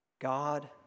God